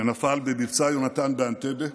שנפל במבצע יונתן באנטבה.